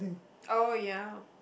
oh ya